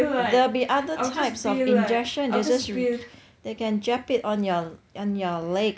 there'll be other types of injection they'll just re~ they can jab it on your on your leg